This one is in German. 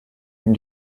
ihm